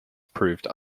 proved